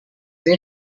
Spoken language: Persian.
این